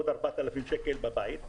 עוד 4,000 שקלים כשהוא בבית.